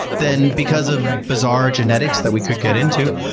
then because of bizarre genetics that we could get into,